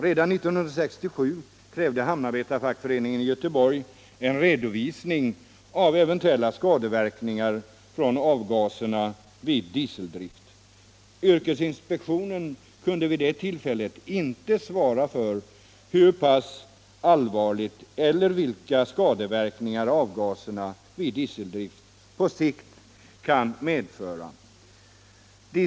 Redan 1967 krävde hamnarbetarfackföreningen i Göteborg en redovisning av eventuella skadeverkningar från avgaserna vid dieseldrift. Yrkesinspektionen kunde vid det ullfället inte upplysa om hur pass allvarliga — eler vilka — skadeverkningar avgaserna vid dieseldriti förorsakar elter hur pass allvarliga verkningarna blir på sikt.